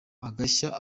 agashya